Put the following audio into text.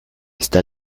esta